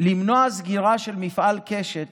למנוע סגירה של מפעל קשת